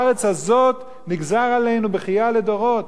התורה אומרת שבגלל דיבת הארץ הזאת נגזרה עלינו בכייה לדורות.